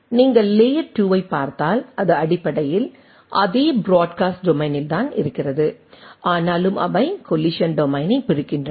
நீங்கள் லேயர் 2 ஐப் பார்த்தால் அது அடிப்படையில் அதே பிராட்காஸ்ட் டொமைனில் தான் இருக்கிறது ஆனாலும் அவை கொல்லிசன் டொமைனை பிரிக்கின்றன